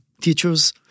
teachers